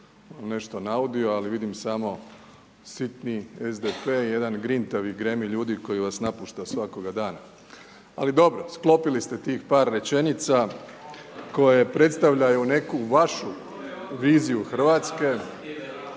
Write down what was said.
nešto naudio ali vidim samo sitni SDP, jedan grintavi …/Govornik se ne razumije./… ljudi koji vas napušta svakoga dana ali dobro, sklopili ste tih par rečenica koje predstavljaju neku vašu viziju Hrvatske…